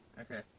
Okay